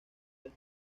del